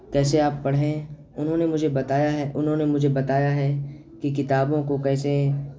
کیسے آپ پڑھیں انہوں نے مجھے بتایا ہے انہوں نے مجھے بتایا ہے کہ کتابوں کو کیسے